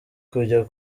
kujya